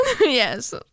Yes